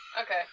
okay